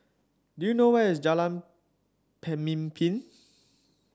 do you know where is Jalan Pemimpin